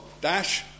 dash